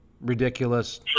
ridiculous